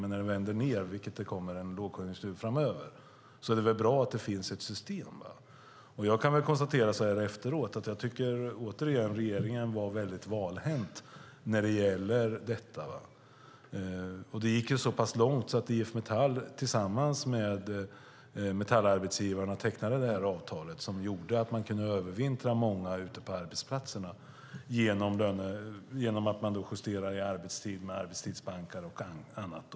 Men när den vänder ned och det kommer en lågkonjunktur framöver är det bra att det finns ett system. Jag kan återigen konstatera så här efteråt att jag tycker att regeringen var väldigt valhänt när det gällde detta. Det gick ju så pass långt att IF Metall tillsammans med metallarbetsgivarna tecknade det avtal som gjorde att många kunde övervintra ute på arbetsplatserna genom justeringar i arbetstid, arbetstidsbanker och annat.